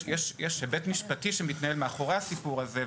יש היבט משפטי שמתנהל מאחורי הסיפור הזה,